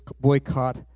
boycott